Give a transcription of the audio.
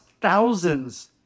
thousands